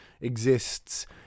exists